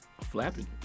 flapping